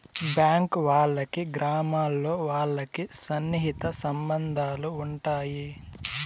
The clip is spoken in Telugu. బ్యాంక్ వాళ్ళకి గ్రామాల్లో వాళ్ళకి సన్నిహిత సంబంధాలు ఉంటాయి